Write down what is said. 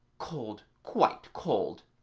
cold, quite cold